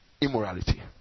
immorality